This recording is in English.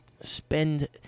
spend